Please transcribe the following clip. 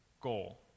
goal